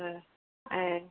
ए ए